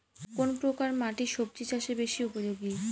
কোন প্রকার মাটি সবজি চাষে বেশি উপযোগী?